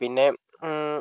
പിന്നെ